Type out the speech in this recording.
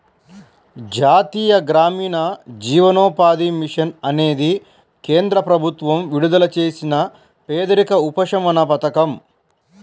జాతీయ గ్రామీణ జీవనోపాధి మిషన్ అనేది కేంద్ర ప్రభుత్వం విడుదల చేసిన పేదరిక ఉపశమన పథకం